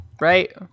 right